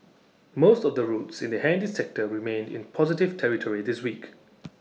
most of the routes in the handy sector remained in positive territory this week